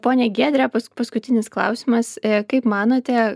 ponia giedre pas paskutinis klausimas kaip manote